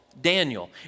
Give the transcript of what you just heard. Daniel